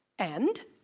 and,